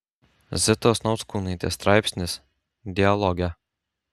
zitos nauckūnaitės straipsnis dialoge